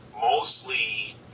Mostly